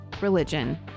religion